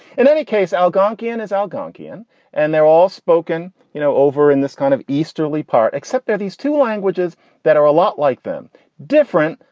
in any case, algonkin is algonquian and they're all spoken you know over in this kind of easterly part, except that these two languages that are a lot like them different,